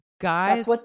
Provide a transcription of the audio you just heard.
guys